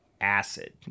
acid